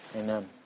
Amen